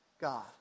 God